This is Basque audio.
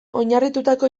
oinarritutako